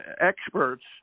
experts